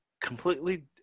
completely